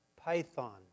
Python